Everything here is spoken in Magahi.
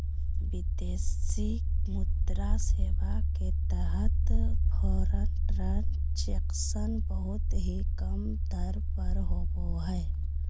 विदेशी मुद्रा सेवा के तहत फॉरेन ट्रांजक्शन बहुत ही कम दर पर होवो हय